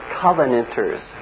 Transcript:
covenanters